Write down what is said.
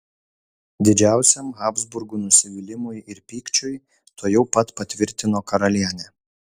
didžiausiam habsburgų nusivylimui ir pykčiui tuojau pat patvirtino karalienė